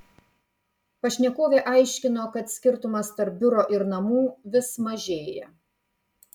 pašnekovė aiškino kad skirtumas tarp biuro ir namų vis mažėja